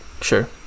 sure